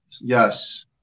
Yes